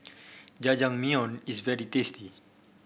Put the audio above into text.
jajangmyeon is very tasty